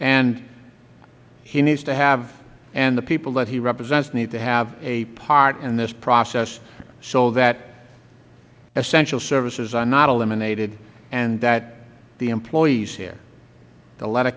and he needs to have and the people that he represents need to have a part in this process so that essential services are not eliminated and that the employees here the letter